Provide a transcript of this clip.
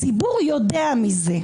הציבור יודע על זה.